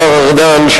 השר ארדן,